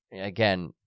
again